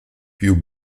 più